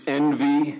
envy